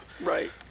Right